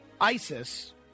ISIS